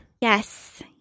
Yes